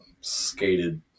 skated